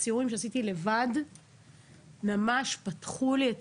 הסיורים שעשיתי לבד ממש פתחו לי את